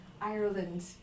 Ireland